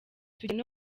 tugiye